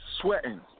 Sweating